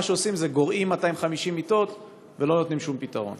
מה שעושים זה גורעים 250 מיטות ולא נותנים שום פתרון.